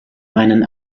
einen